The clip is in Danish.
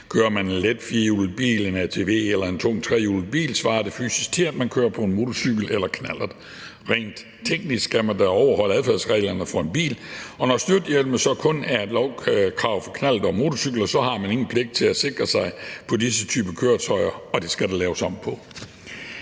Kører man en let firehjulet bil, en ATV eller en tung trehjulet bil, svarer det fysisk til, at man kører på en motorcykel eller knallert. Rent teknisk skal man overholde adfærdsreglerne for en bil, og når styrthjelme så kun er et lovkrav for knallerter og motorcykler, har man ingen pligt til at sikre sig på disse typer køretøjer, og det skal der laves om på.